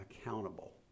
accountable